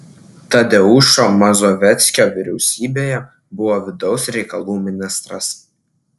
tadeušo mazoveckio vyriausybėje buvo vidaus reikalų ministras